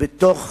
בתוך